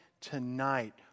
tonight